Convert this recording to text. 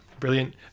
brilliant